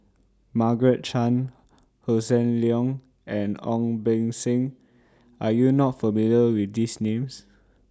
Margaret Chan Hossan Leong and Ong Beng Seng Are YOU not familiar with These Names